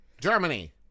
Germany